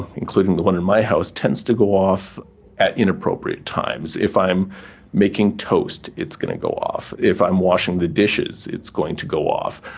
including the one in my house, tends to go off at inappropriate times. if i'm making toast it's going to go off. if i'm washing the dishes it's going to go off.